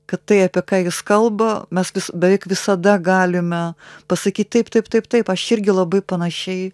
kad tai apie ką jis kalba mes beveik visada galime pasakyt taip taip taip taip aš irgi labai panašiai